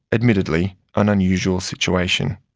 admittedly, an unusual situation.